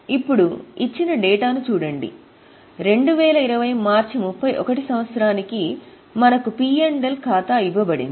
ఇప్పుడు ఇచ్చిన డేటాను చూడండి 2020 మార్చి 31 సంవత్సరానికి మనకు పి ఎల్ ఖాతా ఇవ్వబడింది